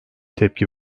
tepki